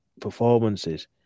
performances